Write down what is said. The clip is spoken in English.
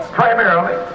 primarily